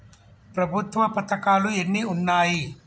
ప్రభుత్వ పథకాలు ఎన్ని ఉన్నాయి?